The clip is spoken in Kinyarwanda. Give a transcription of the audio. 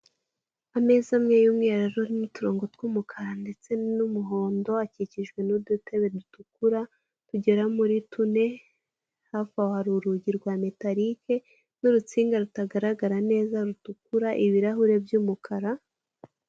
Ameza amwe y'umweru arimo uturongo tw'umukara ndetse n'umuhondo, akikijwe n'udutebe dutukura tugera muri tune, hafi aho hari urugi rwa metalike, n'urutsinga rutagaragara neza rutukura, ibirahure by'umukara.